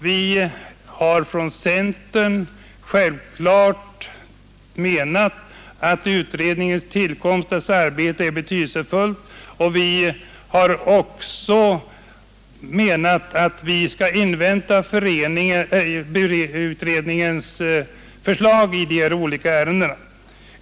Vi har från centern självklart menat att utredningens tillkomst och arbete är betydelsefullt och att man bör invänta utredningens förslag i de olika frågorna.